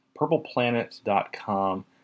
purpleplanet.com